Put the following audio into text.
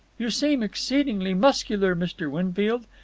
you seem exceedingly muscular, mr. winfield.